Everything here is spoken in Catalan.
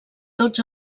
tots